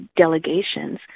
delegations